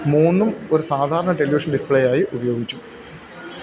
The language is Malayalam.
മൂന്നും ഒരു സാധാരണ ടെലിവിഷൻ ഡിസ്പ്ലേയായി ഉപയോഗിച്ചു